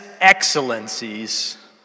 excellencies